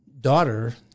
daughter